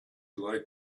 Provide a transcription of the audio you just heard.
like